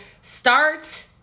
start